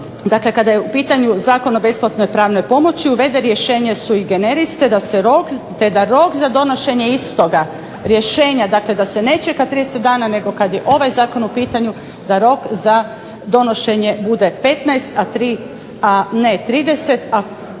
dakle kada je u pitanju Zakon o besplatnoj pravnoj pomoći uvede rješenje sui generis te da rok za donošenje istoga rješenja, dakle da se ne čeka 30 dana, nego kad je ovaj zakon u pitanju da rok za donošenje bude 15, a ne 30, a